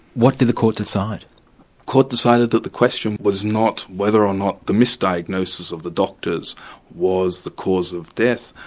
what did the court decide? the court decided that the question was not whether or not the misdiagnosis of the doctors was the cause of death,